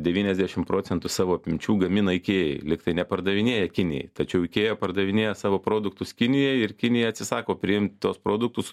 devyniasdešim procentų savo apimčių gamina ikėjai lygtai nepardavinėja kinijai tačiau ikėja pardavinėja savo produktus kinijoj ir kinija atsisako priimt tuos produktus